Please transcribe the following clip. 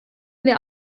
wir